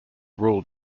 rule